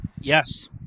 Yes